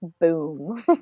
boom